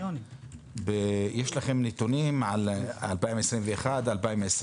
יש לכם נתונים על 2020, 2021?